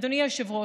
אדוני היושב-ראש,